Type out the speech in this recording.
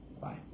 Bye